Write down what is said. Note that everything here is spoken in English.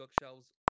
bookshelves